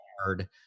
hard